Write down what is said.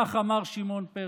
כך אמר שמעון פרס.